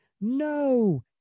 No